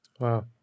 Wow